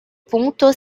punto